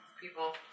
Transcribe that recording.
people